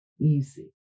easy